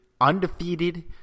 undefeated